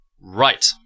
Right